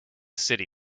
city